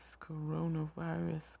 coronavirus